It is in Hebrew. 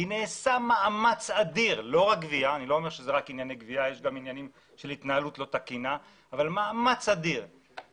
נעשה מאמץ אדיר, לא רק בענייני גבייה, ישנו כלי